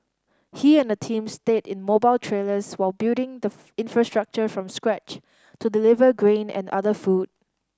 he and a team stayed in mobile trailers while building the infrastructure from scratch to deliver grain and other food